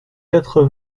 quatre